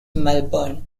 melbourne